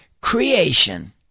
creation